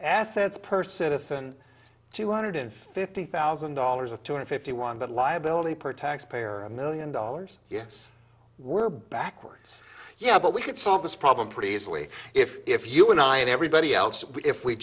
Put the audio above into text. assets person isn't two hundred fifty thousand dollars or two hundred fifty one but liability per taxpayer a million dollars yes we're backwards yeah but we could solve this problem pretty easily if if you and i and everybody else if we